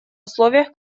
условиях